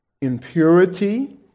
impurity